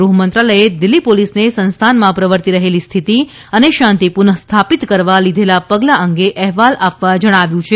ગૃહમંત્રાલયે દિલ્હી પોલીસને સંસ્થાનમાં પ્રર્વતી રહેલી સ્થિતિ અને શાંતિ પુનઃસ્થાપિત કરવા લીઘેલા પગલા અંગે અહેવાલ આપવા જણાવ્યું છે